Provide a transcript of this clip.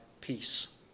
peace